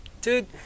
dude